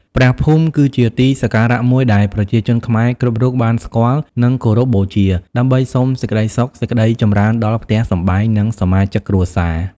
ព្រះភូមិ គឺជាទីសក្ការៈមួយដែលប្រជាជនខ្មែរគ្រប់រូបបានស្គាល់ និងគោរពបូជា ដើម្បីសុំសេចក្តីសុខសេចក្តីចម្រើនដល់ផ្ទះសម្បែង និងសមាជិកគ្រួសារ។